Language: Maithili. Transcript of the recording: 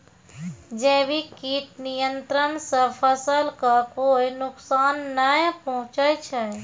जैविक कीट नियंत्रण सॅ फसल कॅ कोय नुकसान नाय पहुँचै छै